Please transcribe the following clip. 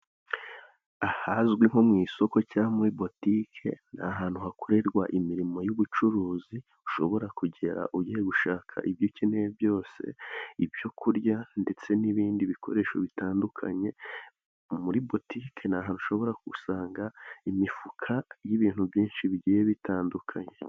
Ahazwi nko mu isoko cyangwa muri butike, ni ahantu hakorerwa imirimo y'ubucuruzi, ushobora kugera ugiye gushaka ibyo ukeneye byose. Ibyo kurya ndetse n'ibindi bikoresho bitandukanye. Muri butike ni ahantu ushobora gusanga imifuka y'ibintu byinshi bigiye bitandukanye.